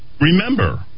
remember